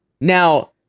Now